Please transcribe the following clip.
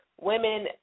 women